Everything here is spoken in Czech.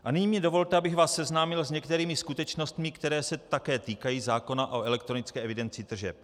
A nyní mi dovolte, abych vás seznámil s některými skutečnostmi, které se také týkají zákona o elektronické evidenci tržeb.